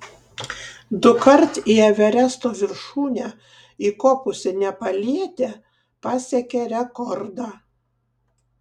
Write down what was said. dukart į everesto viršūnę įkopusi nepalietė pasiekė rekordą